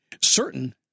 certain